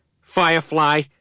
Firefly